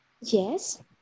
Yes